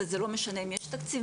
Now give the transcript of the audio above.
וזה לא משנה אם יש תקציב,